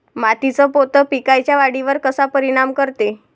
मातीचा पोत पिकाईच्या वाढीवर कसा परिनाम करते?